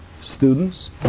students